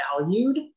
valued